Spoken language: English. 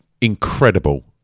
incredible